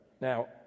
Now